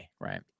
Right